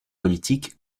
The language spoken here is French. politique